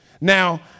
Now